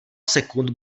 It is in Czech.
sekund